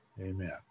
Amen